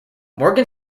morgan